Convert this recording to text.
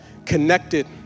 connected